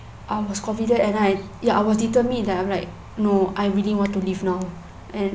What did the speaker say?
I was confident and I ya I was determine that I'm like no I really want to leave now and